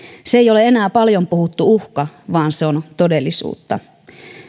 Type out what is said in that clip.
se ei ole enää paljon puhuttu uhka vaan se on todellisuutta